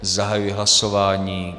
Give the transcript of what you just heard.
Zahajuji hlasování.